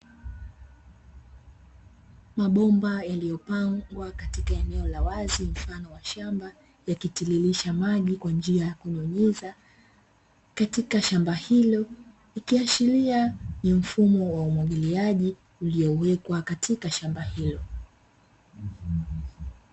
Mabomba yaliyopangwa katika eneo la wazi mfano wa shamba yakitiririsha maji kwa njia ya kunyunyiza katika shamba hilo, ikiashiria ni mfumo wa umwagiliaji uliowekwa katika shamba hilo.